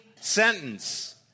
sentence